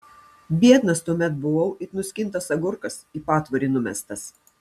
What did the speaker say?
biednas tuomet buvau it nuskintas agurkas į patvorį numestas